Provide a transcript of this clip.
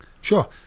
Sure